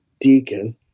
deacon